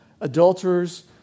adulterers